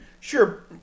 Sure